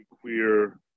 queer